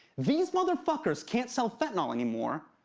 these motherfuckers can't sell fentanyl anymore,